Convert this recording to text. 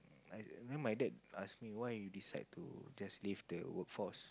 I I remember my dad ask why you decide to just leave the workforce